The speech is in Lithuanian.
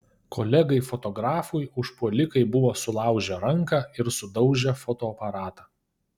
kolegai fotografui užpuolikai buvo sulaužę ranką ir sudaužę fotoaparatą